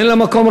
אין מקום,